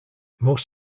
most